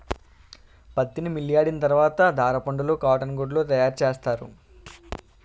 పత్తిని మిల్లియాడిన తరవాత దారపుండలు కాటన్ గుడ్డలు తయారసేస్తారు